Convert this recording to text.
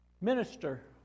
minister